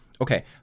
Okay